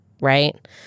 Right